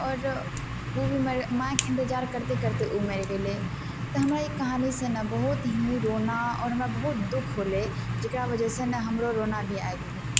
आओर ओ भी मरि माइके इन्तजार करतै करतै ओ मरि गेलै तऽ हमरा ई कहानी से ने बहुत ही रोना आओर हमरा बहुत दुःख होलै जेकरा वजह से नऽ हमरो रोना भी आइब गेलै